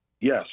Yes